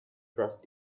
trust